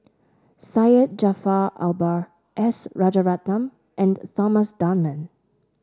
Syed Jaafar Albar S Rajaratnam and Thomas Dunman